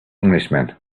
englishman